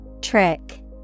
Trick